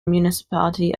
municipality